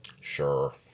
Sure